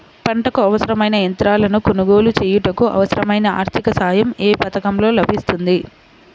పంటకు అవసరమైన యంత్రాలను కొనగోలు చేయుటకు, అవసరమైన ఆర్థిక సాయం యే పథకంలో లభిస్తుంది?